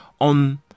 on